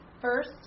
first